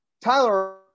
Tyler